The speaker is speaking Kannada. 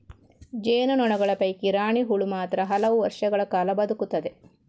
ಜೇನು ನೊಣಗಳ ಪೈಕಿ ರಾಣಿ ಹುಳು ಮಾತ್ರ ಹಲವು ವರ್ಷಗಳ ಕಾಲ ಬದುಕುತ್ತದೆ